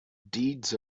deeds